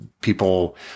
people